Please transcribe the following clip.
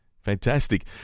Fantastic